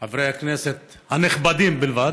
חברי הכנסת, הנכבדים בלבד,